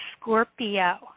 Scorpio